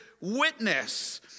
witness